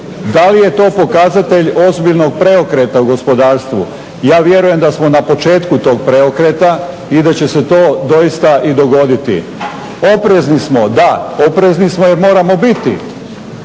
Da li je to pokazatelj ozbiljnog preokreta u gospodarstvu? Ja vjerujem da smo na početku tog preokreta i da će se to doista i dogoditi. Oprezni smo, da oprezni smo jer moramo biti